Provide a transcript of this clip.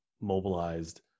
mobilized